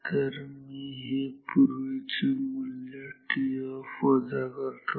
तर मी हे पूर्वीचे मूल्य tOFF वजा करतो